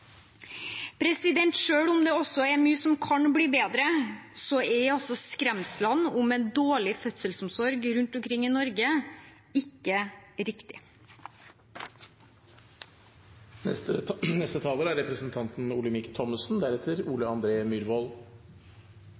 om det er mye som kan bli bedre, er skremslene om en dårlig fødselsomsorg rundt omkring i Norge ikke riktig.